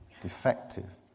Defective